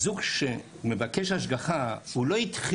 הזוג שמבקש השגחה ישב